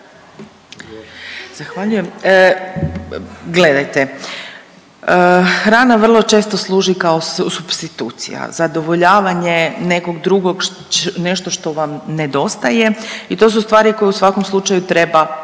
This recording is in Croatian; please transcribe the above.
Zahvaljujem. Gledajte, hrana vrlo često služi kao supstitucija, zadovoljavanje nekog drugog, nešto što vam nedostaje i to su stvari koje u svakom slučaju treba osvijestiti.